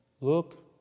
Look